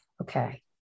Okay